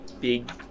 big